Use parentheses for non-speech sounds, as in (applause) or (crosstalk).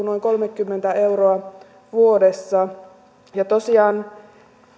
(unintelligible) noin kolmekymmentä euroa vuodessa tosiaan